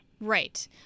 right